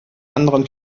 anderen